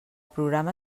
programa